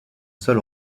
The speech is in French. sol